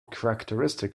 characteristic